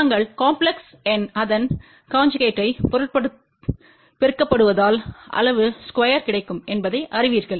நாங்கள் காம்ப்லெஸ் எண் அதன் கன்ஜுகேட்பால் பெருக்கப்படுவதால் அளவு ஸ்கொயர் கிடைக்கும் என்பதை அறிவீர்கள்